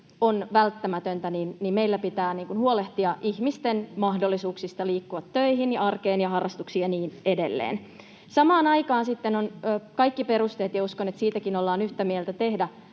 on välttämätöntä, meidän pitää huolehtia ihmisten mahdollisuuksista liikkua arkena töihin ja harrastuksiin ja niin edelleen, ja samaan aikaan sitten on kaikki perusteet — ja uskon, että siitäkin ollaan yhtä mieltä — tehdä